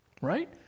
right